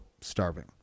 starving